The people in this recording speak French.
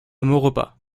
maurepas